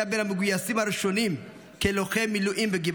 המגויסים הראשונים כלוחם מילואים בגבעתי.